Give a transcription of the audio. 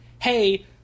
hey